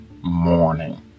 morning